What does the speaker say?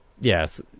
yes